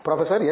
professor S